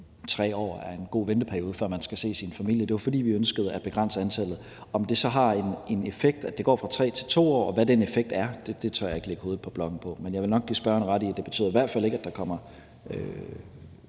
at 3 år er en god venteperiode, før man skal se sin familie. Det var, fordi vi ønskede at begrænse antallet. Om det så har en effekt, at det går fra 3 år til 2 år, og hvad den effekt er, tør jeg ikke lægge hovedet på blokken for. Men jeg vil nok give spørgeren ret i, at det i hvert fald ikke betyder, at der kommer